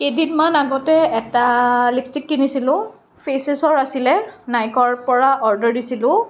কেইদিনমান আগতে এটা লিপষ্টিক কিনিছিলোঁ ফেচেচৰ আছিলে নাইকাৰপৰা অৰ্ডাৰ দিছিলোঁ